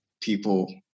people